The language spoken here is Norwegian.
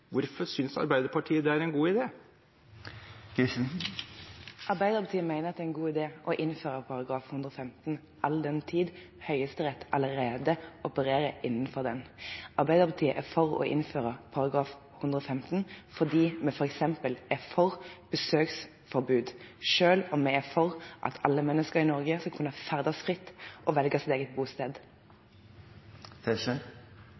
Hvorfor synes Arbeiderpartiet det er en god idé? Arbeiderpartiet mener at det er en god idé å innføre ny § 115, all den tid Høyesterett allerede opererer innenfor den. Arbeiderpartiet er for å innføre ny § 115 fordi vi f.eks. er for besøksforbud selv om vi er for at alle mennesker i Norge skal kunne ferdes fritt og velge sitt eget